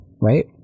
right